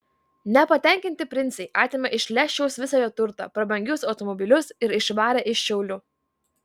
nepatenkinti princai atėmė iš leščiaus visą jo turtą prabangius automobilius ir išvarė iš šiaulių